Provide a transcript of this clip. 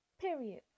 Period